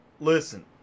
listen